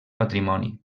patrimoni